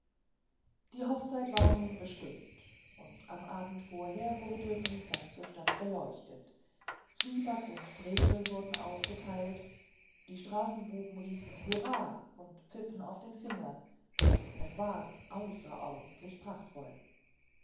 die hochzeit war nun bestimmt und am abend vorher wurde die ganze stadt beleuchtet zwieback und brezeln wurden ausgeteilt die straßenbuben riefen hurrah und pfiffen auf den fingern es war außerordentlich prachtvoll